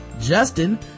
Justin